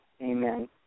Amen